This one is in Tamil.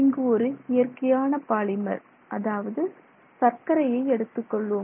இங்கு ஒரு இயற்கையான பாலிமர் அதாவது சர்க்கரையை எடுத்துக் கொள்வோம்